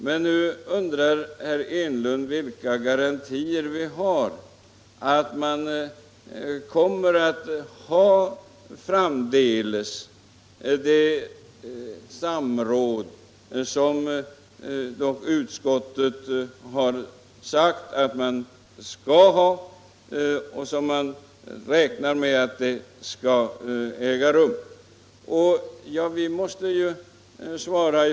Men nu undrar herr Enlund vilka garantier vi har för att man framdeles kommer att ha sådant samråd som utskottet har förutsatt att man skall ha.